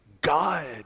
God